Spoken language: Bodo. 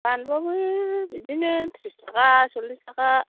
बानलुआबो बिदिनो त्रिस थाखा सल्लिस थाखा